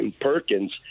Perkins